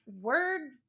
word